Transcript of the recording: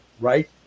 right